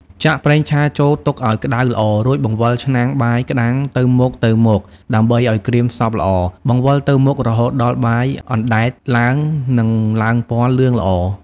ចាក់ប្រេងឆាចូលទុកអោយក្ដៅល្អ រួចបង្វិលឆ្នាំងបាយក្ដាំងទៅមកៗដើម្បីអោយក្រៀមសព្វល្អ បង្វិលទៅមករហូតដល់បាយអណ្ដែតឡើងនិងឡើងពណ៌លឿងល្អ។